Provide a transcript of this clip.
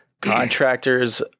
Contractors